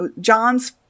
John's